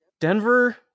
Denver